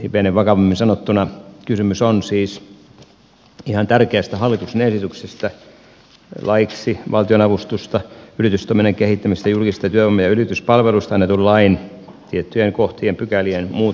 hivenen vakavammin sanottuna kysymys on siis ihan tärkeästä hallituksen esityksestä laeiksi valtionavustuksesta yritystoiminnan kehittämiseksi ja julkisesta työvoima ja yrityspalvelusta annetun lain tiettyjen kohtien ja pykälien muuttamisesta